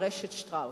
ו"רשת" שטראוס.